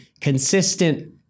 consistent